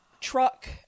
truck